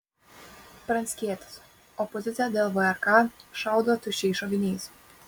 pranckietis opozicija dėl vrk šaudo tuščiais šoviniais